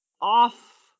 off